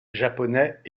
japonais